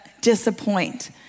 disappoint